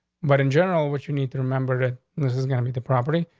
but in general, what you need to remember this is gonna be the property.